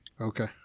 Okay